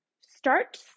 start